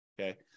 okay